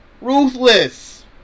Ruthless